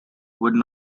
would